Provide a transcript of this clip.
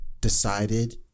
Decided